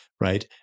right